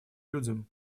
людям